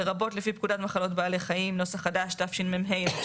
לרבות לפי פקודת מחלות בעלי חיים (נוסח חדש) תשמ"ה-1985,